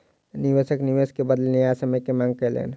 निवेशक निवेश के बदले न्यायसम्य के मांग कयलैन